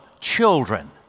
children